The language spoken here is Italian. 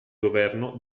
governo